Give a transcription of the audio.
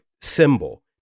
symbol